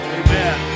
amen